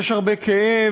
יש הרבה כאב,